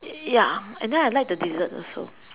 ya and then I like the dessert also